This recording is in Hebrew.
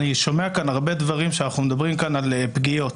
אני שומע כאן הרבה דברים שאנחנו מדברים כאן על פגיעות.